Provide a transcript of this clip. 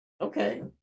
Okay